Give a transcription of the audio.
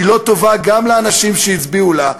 שהיא לא טובה גם לאנשים שהצביעו לה,